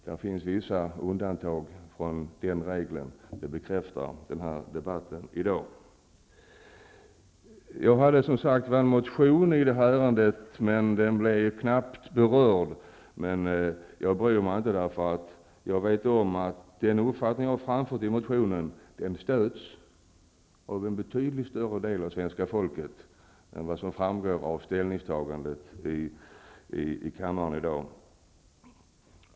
Det finns vissa undantag från den regeln -- det bekräftar debatten i dag. Jag har som sagt en motion i det här ärendet, men den har knappast berörts i betänkandet. Men jag bryr mig inte om det -- jag vet att den uppfattning jag har framfört i motionen stöds av en betydligt större del av svenska folket än vad som framgår av ställningstagandet i kammaren i dag.